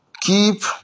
keep